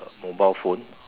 mobile phone